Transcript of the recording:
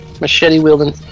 machete-wielding